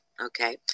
okay